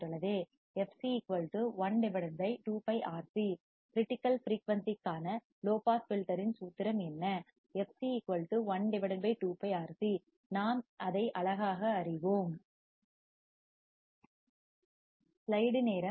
fc 1 2πRC critical ஃபிரீயூன்சிற்கான low pass filter இன் சூத்திரம் என்ன fc 1 2 πRC நாம் அதை அழகாக அறிவோம்